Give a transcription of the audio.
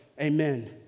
Amen